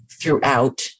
throughout